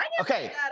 okay